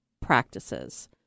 Practices